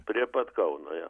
prie pat kauno jo